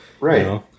right